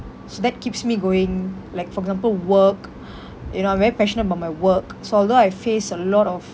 so that keeps me going like for example work you know I'm very passionate about my work so although I face a lot of